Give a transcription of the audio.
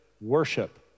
worship